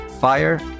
fire